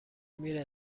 میره